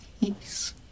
please